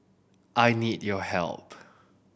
I need your help